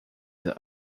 that